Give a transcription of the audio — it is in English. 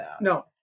no